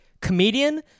comedian